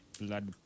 blood